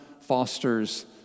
fosters